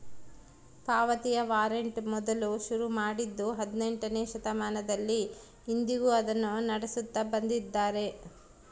ಪಾವತಿಯ ವಾರಂಟ್ ಮೊದಲು ಶುರು ಮಾಡಿದ್ದೂ ಹದಿನೆಂಟನೆಯ ಶತಮಾನದಲ್ಲಿ, ಇಂದಿಗೂ ಅದನ್ನು ನಡೆಸುತ್ತ ಬಂದಿದ್ದಾರೆ